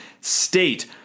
State